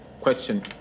question